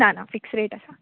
ना ना fix rate आसा